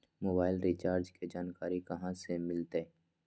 Mobile recharge के जानकारी कहा से मिलतै?